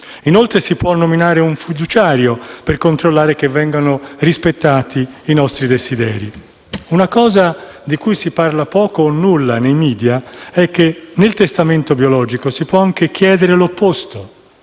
Inoltre, si può nominare un fiduciario per controllare che vengano rispettati i nostri desideri. Una cosa di cui si parla poco o nulla nei *media* è che nel testamento biologico si può anche chiedere l'opposto,